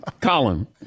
column